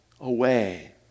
away